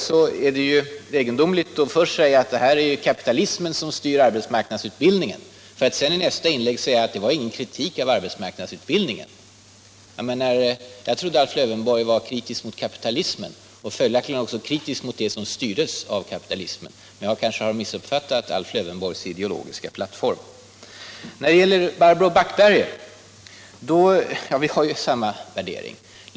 Det är ju egendomligt att först säga att det är kapitalismen som styr arbetsmarknadsutbildningen för att i nästa inlägg säga att det var ingen kritik av arbetsmarknadsutbildningen! Jag trodde att Alf Lövenborg var kritisk mot kapitalismen och följaktligen också 141 kritisk mot det som styrdes av kapitalismen. Men jag kanske har missuppfattat Alf Lövenborgs ideologiska plattform. När det gäller Barbro Backberger, så har vi ju samma grundläggande värdering om jämställdhet.